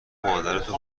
مادرتو